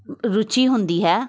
ਰੁਚੀ ਹੁੰਦੀ ਹੈ